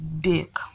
dick